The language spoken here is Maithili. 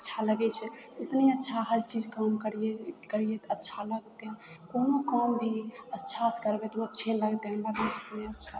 अच्छा लगय छै उतने अच्छा हर चीज काम करियै करियै तऽ अच्छा लागतै कोनो काम भी अच्छासँ करबय तऽ उ अच्छे लगतय ने अच्छा